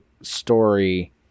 story